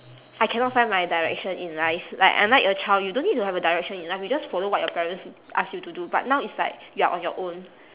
I cannot find my direction in life like unlike a child you don't need to have a direction in life you just follow what your parents ask you to do but now it's like you are on your own